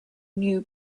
new